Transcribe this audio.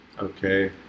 Okay